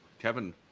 Kevin